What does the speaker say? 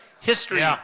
history